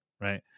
right